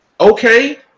Okay